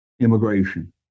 immigration